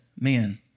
man